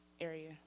area